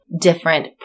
different